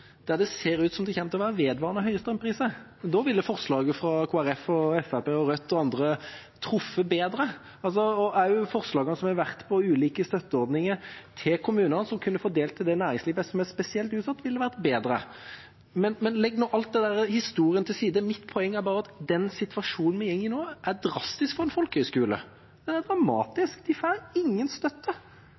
der det ser ut til at det kommer til å være vedvarende høye strømpriser, og da ville forslagene fra Kristelig Folkeparti og Fremskrittspartiet og Rødt og andre truffet bedre. Også forslagene som har vært om ulike støtteordninger til kommunene, som kunne fordelt til det næringslivet som er spesielt utsatt, ville vært bedre. Men legg nå all den historien til side. Mitt poeng er bare at den situasjonen vi er i nå, er drastisk for en folkehøyskole. Den er dramatisk, de får ingen støtte.